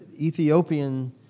Ethiopian